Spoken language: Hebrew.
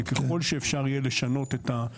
וככל שאפשר יהיה לשנות את התעריף.